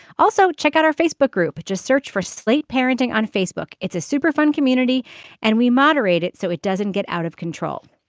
also check out our facebook group. just search for slate parenting on facebook. it's a super fun community and we moderate it so it doesn't get out of control.